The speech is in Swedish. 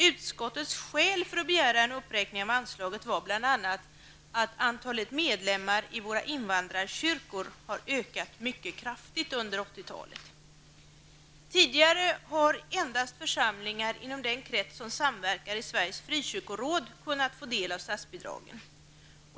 Utskottets skäl för att begära en uppräkning av anslaget var bl.a. att antalet medlemmar i våra invandrarkyrkor ökat mycket kraftigt under 80 Tidigare hade endast församlingar inom den krets som samverkar i Sveriges frikyrkoråd kunnat få del av statsbidragen.